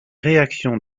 réactions